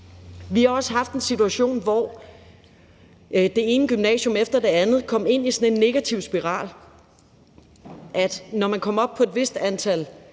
Vi har også haft en situation, hvor det ene gymnasium efter det andet kom ind i sådan en negativ spiral, altså at når man kom op på et vist antal